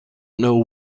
know